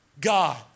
God